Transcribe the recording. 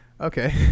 Okay